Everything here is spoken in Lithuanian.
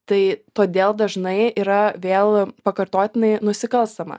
tai todėl dažnai yra vėl pakartotinai nusikalstama